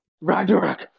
Ragnarok